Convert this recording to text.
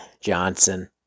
Johnson